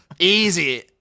Easy